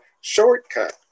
shortcut